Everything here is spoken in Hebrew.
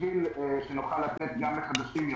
בשביל שנוכל להכניס גם את החדשים,